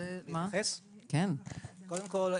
קודם כל,